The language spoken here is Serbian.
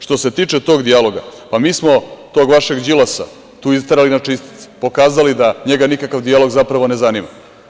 Što se tiče tog dijaloga, mi smo tog vašeg Đilasa tu isterali na čistac, pokazali da njega nikakav dijalog zapravo ne zanima.